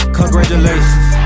Congratulations